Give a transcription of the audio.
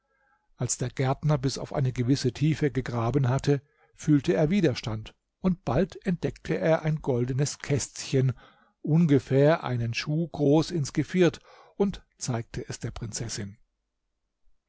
als der gärtner bis auf eine gewisse tiefe gegraben hatte fühlte er widerstand und bald entdeckte er ein goldenes kästchen ungefähr einen schuh groß ins geviert und zeigte es der prinzessin